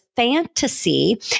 Fantasy